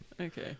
Okay